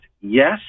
yes